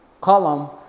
column